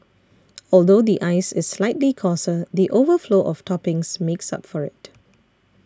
although the ice is slightly coarser the overflow of toppings makes up for it